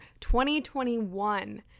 2021